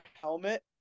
helmet